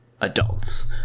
adults